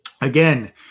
Again